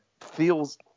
feels